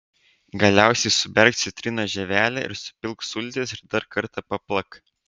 galiausiai suberk citrinos žievelę ir supilk sultis ir dar kartą paplak